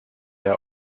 der